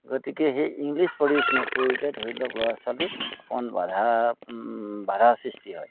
গতিকে সেই English produce নকৰিলে ধৰি লওক ল'ৰা ছোৱালী অকণমান বাধা বাধাৰ সৃষ্টি হয়